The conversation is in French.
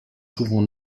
souvent